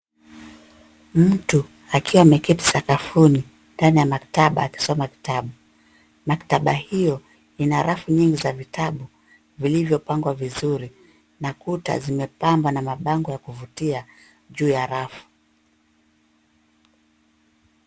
Mtu akiwa ameketi sakafuni ndani ya maktaba akisoma kitabu, maktaba hiyo ina rafu nyingi za vitabu viliyopangwa vizuri, na kuta zimepambwa na mabango ya kuvutia juu ya rafu.